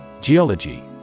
Geology